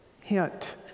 Hint